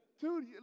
Dude